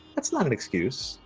that's not an excuse.